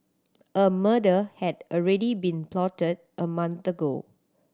a murder had already been plotted a month ago